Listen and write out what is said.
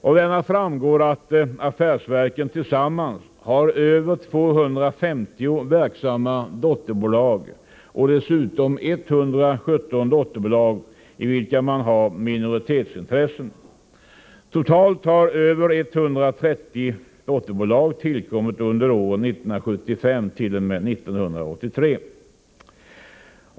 Av denna framgår att affärsverken tillsammans har över 250 verksamma dotterbolag och dessutom 117 dotterbolag i vilka man har minoritetsintressen. Totalt har över 130 dotterbolag tillkommit under åren 1975-1983.